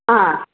ஆ